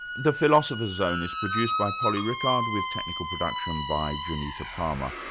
the philosopher's zone is produced by polly rickard, with technical production by janita palmer.